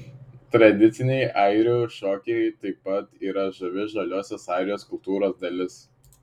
tradiciniai airių šokiai taip pat yra žavi žaliosios airijos kultūros dalis